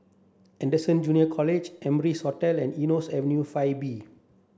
Anderson Junior College Amrise Hotel and Eunos Avenue five B